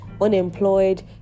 unemployed